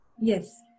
Yes